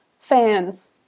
fans